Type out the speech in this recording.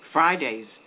Fridays